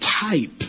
type